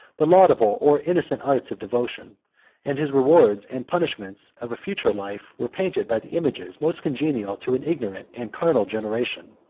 the laudable or innocent arts of devotion and his rewards and punishments of a future life were painted by the images most congenial to an ignorant and carnal generation.